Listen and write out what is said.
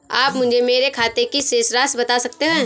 आप मुझे मेरे खाते की शेष राशि बता सकते हैं?